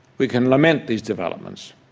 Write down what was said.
we can lament these developments,